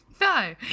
No